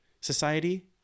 society